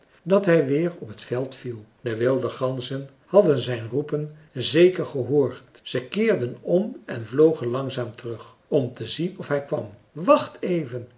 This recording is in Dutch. dat hij weer op het veld viel de wilde ganzen hadden zijn roepen zeker gehoord zij keerden om en vlogen langzaam terug om te zien of hij kwam wacht even